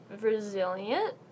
Resilient